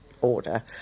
order